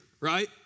right